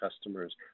customers